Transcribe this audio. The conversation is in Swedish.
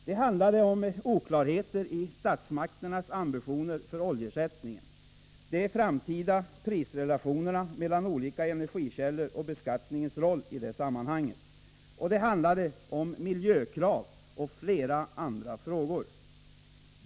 Det handlade om oklarheter i statsmakternas ambitioner för oljeersättningen, de framtida prisrelationerna mellan olika energikällor och beskattningens rolli det sammanhanget; det handlade om miljökrav och flera andra frågor.